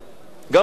גם בדיונים,